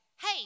hey